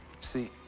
See